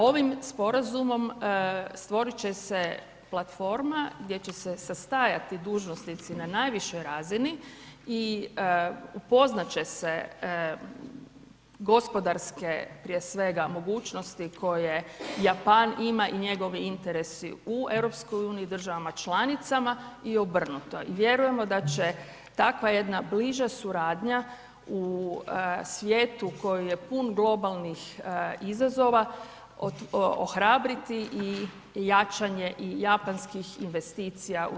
Ovim Sporazumom stvorit će se platforma gdje će se sastajati dužnosnici na najvišoj razini i upoznat će se gospodarske, prije svega, mogućnosti koje Japan ima i njegovi interesi u EU i državama članicama i obrnuto i vjerujemo da će takva jedna bliža suradnja, u svijetu koji je pun globalnih izazova, ohrabriti i jačanje i japanskih investicija u RH.